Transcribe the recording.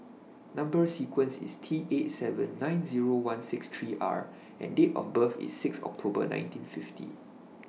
Number sequence IS T eight seven nine Zero one six three R and Date of birth IS six October nineteen fifty